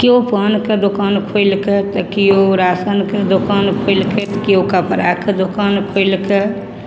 केओ पानके दोकान खोलिके तऽ केओ राशनके दोकान खोलिके केओ कपड़ाके दोकान खोलिके